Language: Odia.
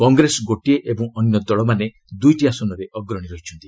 କଂଗ୍ରେସ ଗୋଟିଏ ଓ ଅନ୍ୟ ଦଳମାନେ ଦୂଇଟି ଆସନରେ ଅଗ୍ରଣୀ ରହିଛନ୍ତି